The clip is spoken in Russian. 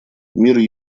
мир